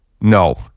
no